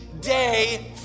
day